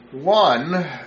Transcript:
One